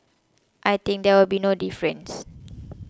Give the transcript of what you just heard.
I think there will be no difference